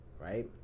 right